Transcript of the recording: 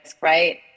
right